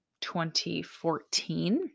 2014